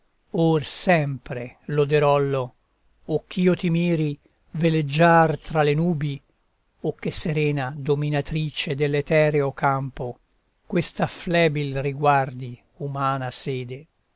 or sempre loderollo o ch'io ti miri veleggiar tra le nubi o che serena dominatrice dell'etereo campo questa flebil riguardi umana sede